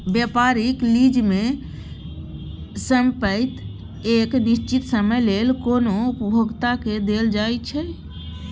व्यापारिक लीज में संपइत एक निश्चित समय लेल कोनो उपभोक्ता के देल जाइ छइ